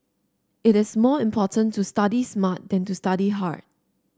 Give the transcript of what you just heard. it is more important to study smart than to study hard